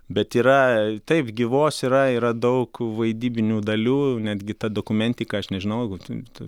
bet yra taip gyvos yra yra daug vaidybinių dalių netgi ta dokumentika aš nežinojau būtent